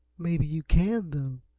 maybe you can, though.